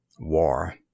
War